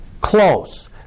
close